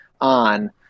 on